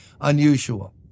unusual